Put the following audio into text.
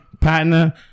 partner